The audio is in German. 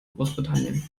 großbritannien